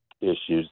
issues